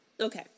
Okay